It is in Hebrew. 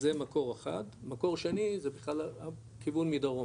זה מקור אחד, מקור שני זה בכלל הכיוון מדרום,